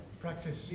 Practice